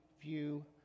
view